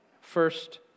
First